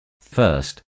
First